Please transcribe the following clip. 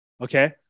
Okay